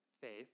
faith